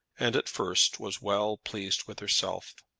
and at first was well pleased with herself.